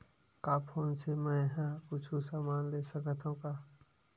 का फोन से मै हे कुछु समान ले सकत हाव का?